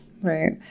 Right